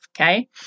okay